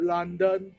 London